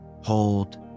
hold